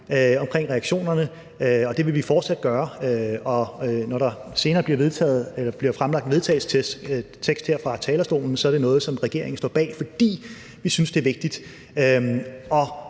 omkring reaktionerne, og det vil vi fortsat gøre. Og når der senere bliver fremsat et forslag til vedtagelse her fra talerstolen, så vil regeringen stå bag, fordi vi synes, det er vigtigt.